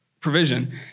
provision